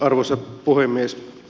arvoisa puhemies